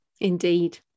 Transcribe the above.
Indeed